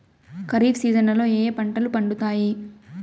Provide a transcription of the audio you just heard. ఖరీఫ్ సీజన్లలో ఏ ఏ పంటలు పండుతాయి